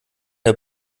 der